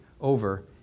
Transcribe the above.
over